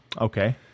Okay